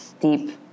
deep